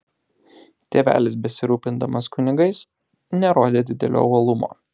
tėvelis besirūpindamas kunigais nerodė didelio uolumo